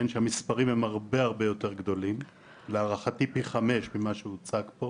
שהמספרים הם הרבה-הרבה יותר גדולים - להערכתי פי חמישה ממה שהוצג פה.